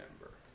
member